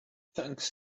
thanks